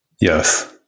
Yes